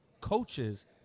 coaches